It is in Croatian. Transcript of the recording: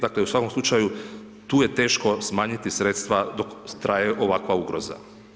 Dakle u svakom slučaju tu je teško smanjiti sredstva dok traje ovakva ugroza.